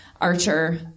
archer